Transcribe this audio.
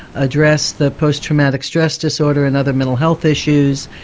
address the post-traumatic stress disorder and other mental health issues,